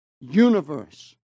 universe